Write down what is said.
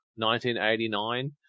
1989